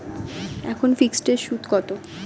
এখন ফিকসড এর সুদ কত?